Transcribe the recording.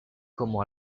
como